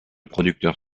producteur